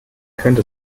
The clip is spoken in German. könnte